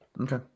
Okay